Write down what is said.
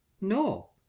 No